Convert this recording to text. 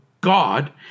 God